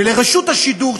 ולרשות השידור,